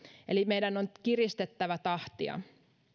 eli meidän on kiristettävä tahtia